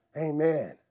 Amen